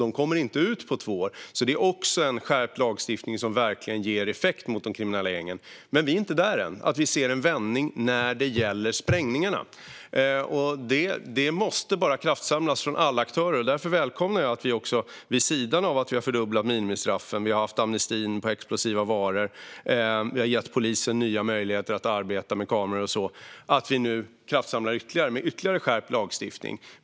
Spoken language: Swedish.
De kommer inte ut på två år, så det är också en skärpning av lagstiftningen som ger effekt mot de kriminella gängen. Men vi har ännu inte kommit dit där vi ser en vändning när det gäller sprängningarna. Där bara måste alla aktörer kraftsamla. Därför välkomnar jag att vi vid sidan av att ha fördubblat minimistraffen, haft amnesti på explosiva varor och gett polisen nya möjligheter att arbeta med kameror nu kraftsamlar med ytterligare skärpt lagstiftning.